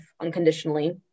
unconditionally